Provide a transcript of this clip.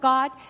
God